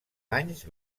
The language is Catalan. anys